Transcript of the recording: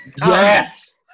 Yes